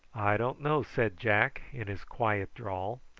i don't know, said jack in his quiet drawl.